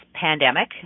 pandemic